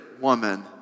woman